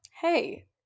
hey